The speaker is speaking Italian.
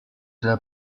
della